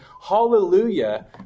Hallelujah